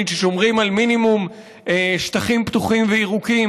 ששומרים על מינימום שטחים פתוחים וירוקים,